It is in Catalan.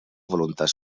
voluntat